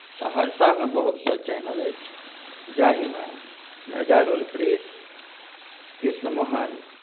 सहरसामे बहुत सारा चैनल अछि जाहिमे नजारुल प्रेस कृष्णमोहन